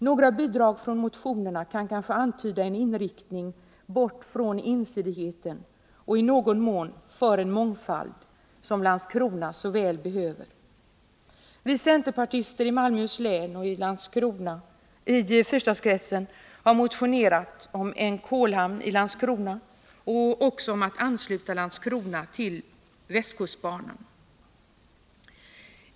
Några bidrag från motionerna kan kanske antyda en inriktning bort från ensidigheten och i någon mån för en mångfald som Landskrona så väl behöver. Vi centerpartister i Malmöhus län och i fyrstadskretsen har motionerat om en kolhamn i Landskrona och om att ansluta Landskrona till västkustbanan.